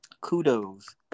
kudos